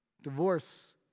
Divorce